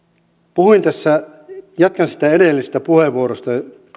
jatkan siitä edellisestä puheenvuorostani